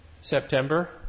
September